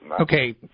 Okay